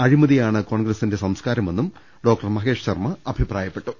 അഴിമതിയാണ് കോൺഗ്രസിന്റെ സംസ്കാരമെന്നും ഡോക്ടർ മഹേഷ് ശർമ്മ അഭിപ്രായ പ്പെട്ടു